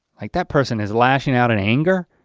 like that person is lashing out in anger.